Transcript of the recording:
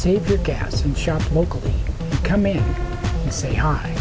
save your gas and shop locally come in and say hi